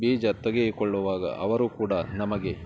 ಬೀಜ ತೆಗೆದುಕೊಳ್ಳುವಾಗ ಅವರು ಕೂಡ ನಮಗೆ